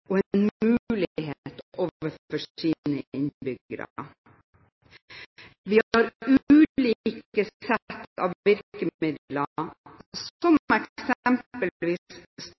og en mulighet overfor sine innbyggere. Vi har ulike sett av virkemidler, som eksempelvis startlån, men kommunene kan